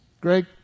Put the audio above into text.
Greg